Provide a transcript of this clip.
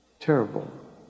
terrible